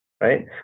Right